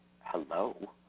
Hello